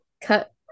cut